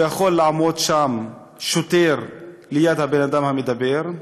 ויכול לעמוד שם שוטר ליד הבן-אדם שמדבר.